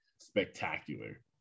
spectacular